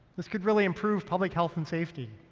this could really improve public health and safety.